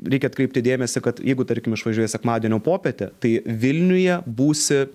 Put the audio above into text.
reikia atkreipti dėmesį kad jeigu tarkim išvažiuoji sekmadienio popietę tai vilniuje būsi